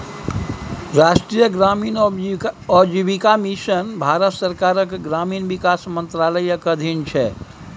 राष्ट्रीय ग्रामीण आजीविका मिशन भारत सरकारक ग्रामीण विकास मंत्रालयक अधीन छै